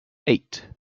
eight